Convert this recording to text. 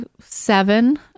seven